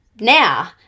now